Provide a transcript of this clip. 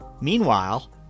Meanwhile